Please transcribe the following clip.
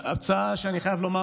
אני חייב לומר